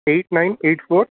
eight nine eight four